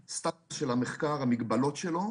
הממשלה החליפי ושר החוץ יאיר לפיד והצוות המסור שלו,